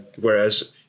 Whereas